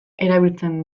erabiltzen